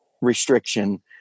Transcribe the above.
restriction